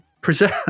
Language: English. present